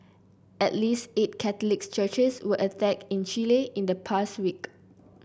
at least eight Catholic churches were attacked in Chile in the past week